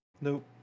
nope